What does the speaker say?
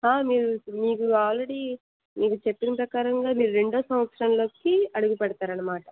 మీరు ఇప్పుడు మీకు ఆల్రెడీ మీకు చెప్పిన ప్రకారంగా మీరు రెండో సంవత్సరంలోకి అడుగు పెడతారు అన్నమాట